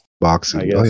boxing